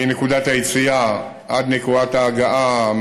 מנקודת היציאה ועד נקודת ההגעה.